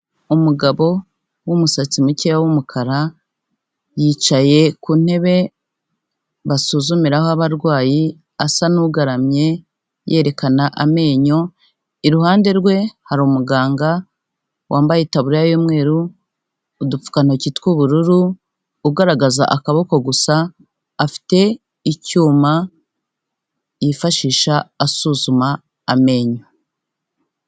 Umugabo w'umusatsi mukeya w'umukara, yicaye ku ntebe basuzumiraho abarwayi asa n'ugaramye yerekana amenyo, iruhande rwe hari umuganga wambaye itaburiya y'umweru, udupfukantoki tw'ubururu, ugaragaza akaboko gusa afite icyuma yifashisha asuzuma amenyo.